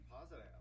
positive